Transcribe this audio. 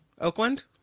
Oakland